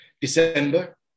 December